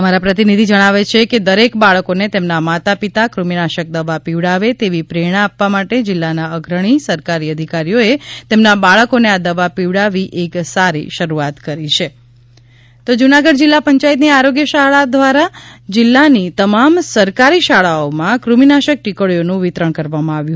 અમારા પ્રતિનિધિ જણાવે છેકે દરેક બાળકોને તેમના માતા પિતા ક્રમિનાશક દવા પિવડાવે તેવી પ્રેરણા આપવા માટે જિલ્લાના અગ્રણી સરકારી અધિકારીઓએ તેમના બાળકોને આ દવા પિવડાવી એક સારી શરૂઆત કરી છે જુનાગઢ કૃમિનાશક દવા જૂનાગઢ જિલ્લા પંચાયતની આરોગ્ય શાખા દ્વારા જિલ્લાની તમામ સરકારી શાળાઓમાં કૃમિનાશક ટીકડીઓ નું વિતરણ કરવામાં આવ્યું